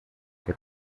que